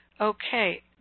okay